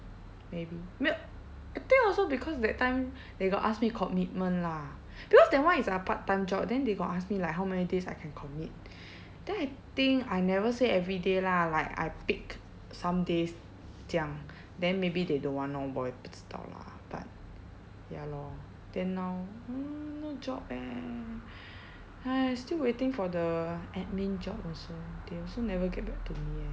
maybe 没有 I think also because that time they got ask me commitment lah because that one is a part time job then they got ask me like how many days I can commit then I think I never say every day lah like I pick some days 这样 then maybe they don't want lor 我也不知道 lah but ya lor then now no job eh !hais! still waiting for the admin job also they also never get back to me eh